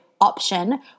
Option